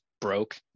broke